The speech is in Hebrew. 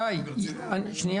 שי, שנייה.